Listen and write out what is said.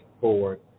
forward